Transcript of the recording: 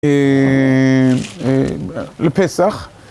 ‫לפסח.